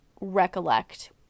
recollect